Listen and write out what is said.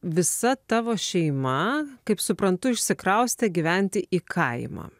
visa tavo šeima kaip suprantu išsikraustė gyventi į kaimą